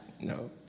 No